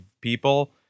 people